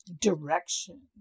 direction